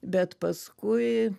bet paskui